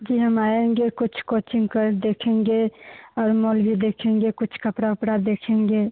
जी हम आएंगे कुछ कोचिंग का देखेंगे और मॉल भी देखेंगे कुछ कपड़ा ओपड़ा देखेंगे